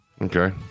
Okay